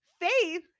Faith